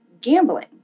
gambling